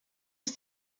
ist